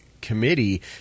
committee